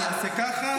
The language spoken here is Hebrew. אני אעשה ככה,